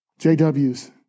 JWs